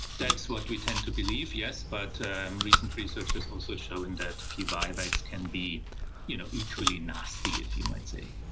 that's what we tend to believe, yes, but recent research has also shown that p vivax can be you know equally nasty, you might say.